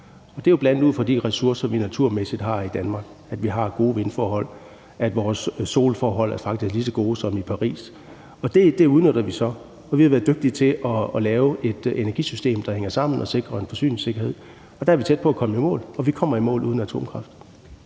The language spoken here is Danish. det er jo bl.a. ud fra de ressourcer, vi naturmæssigt har i Danmark. Vi har gode vindforhold, og vores solforhold er faktisk lige så gode som dem i Paris. Det udnytter vi så, og vi har været dygtige til at lave et energisystem, der hænger sammen og sikrer en forsyningssikkerhed. Der er vi tæt på at komme i mål, og vi kommer i mål uden atomkraft.